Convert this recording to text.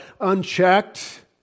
unchecked